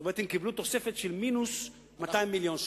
זאת אומרת הם קיבלו תוספת של מינוס 200 מיליון שקל.